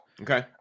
Okay